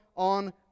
On